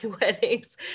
weddings